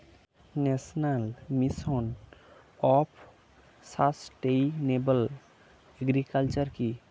National mission for sustainable agriculture কি?